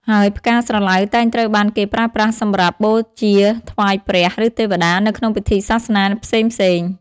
ហើយផ្កាស្រឡៅតែងត្រូវបានគេប្រើប្រាស់សម្រាប់ បូជាថ្វាយព្រះ ឬទេវតា នៅក្នុងពិធីសាសនាផ្សេងៗ។